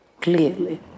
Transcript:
Clearly